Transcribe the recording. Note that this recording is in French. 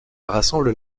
rassemble